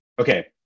okay